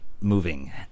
moving